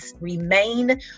remain